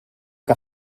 que